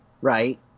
right